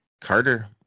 Carter